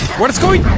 what is going?